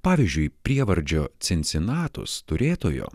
pavyzdžiui prievardžio cincinatus turėtojo